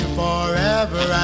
forever